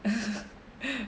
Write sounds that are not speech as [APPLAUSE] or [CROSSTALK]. [LAUGHS]